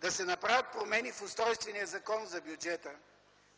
да се направят промени в Устройствения закон за бюджета,